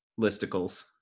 listicles